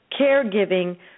caregiving